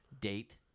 date